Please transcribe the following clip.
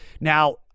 Now